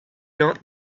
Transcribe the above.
not